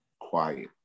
Quiet